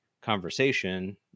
conversation